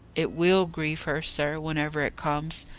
it will grieve her, sir, whenever it comes,